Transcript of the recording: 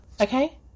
Okay